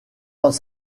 dans